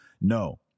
No